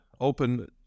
open